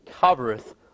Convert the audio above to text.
covereth